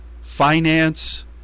finance